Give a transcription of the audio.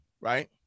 right